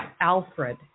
Alfred